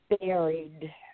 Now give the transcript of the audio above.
buried